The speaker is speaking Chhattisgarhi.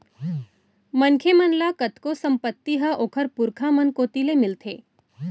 मनखे मन ल कतको संपत्ति ह ओखर पुरखा मन कोती ले मिलथे